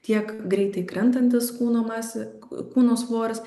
tiek greitai krentantis kūno masė kūno svoris